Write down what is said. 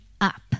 up